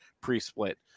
pre-split